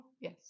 Yes